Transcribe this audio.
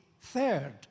third